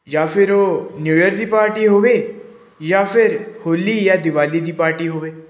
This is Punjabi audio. ਜਾਂ ਫਿਰ ਉਹ ਨਿਊ ਈਅਰ ਦੀ ਪਾਰਟੀ ਹੋਵੇ ਜਾਂ ਫਿਰ ਹੋਲੀ ਜਾਂ ਦਿਵਾਲੀ ਦੀ ਪਾਰਟੀ ਹੋਵੇ